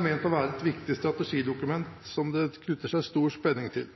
ment å være et viktig strategidokument, som det knytter seg stor spenning til.